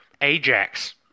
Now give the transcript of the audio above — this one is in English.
Ajax